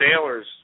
sailors